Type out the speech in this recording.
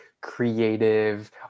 creative